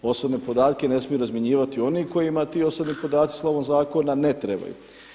Osobne podatke ne smiju razmjenjivati oni kojima ti osobni podaci slovom zakona ne trebaju.